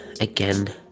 again